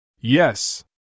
Yes